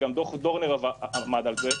וגם דוח דורנר עמד על זה,